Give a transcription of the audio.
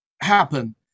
happen